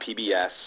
PBS